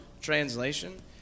translation